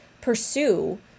pursue